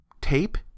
tape